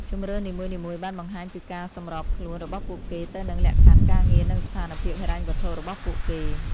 ជម្រើសនីមួយៗបានបង្ហាញពីការសម្របខ្លួនរបស់ពួកគេទៅនឹងលក្ខខណ្ឌការងារនិងស្ថានភាពហិរញ្ញវត្ថុរបស់ពួកគេ។